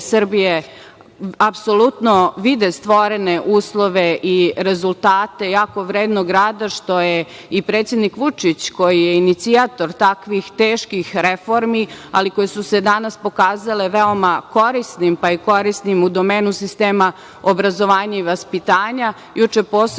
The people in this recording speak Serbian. Srbije apsolutno vide stvorene uslove i rezultate jako vrednog rada, što je i predsednik Vučić, koji je inicijator takvih teški reformi, ali koje su se danas pokazale veoma korisnim pa i korisnim u domenu sistema obrazovanja i vaspitanja, juče posebno